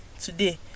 today